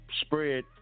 spread